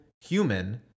human